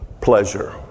pleasure